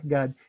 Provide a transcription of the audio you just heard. God